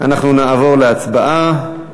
אנחנו נעבור להצבעה.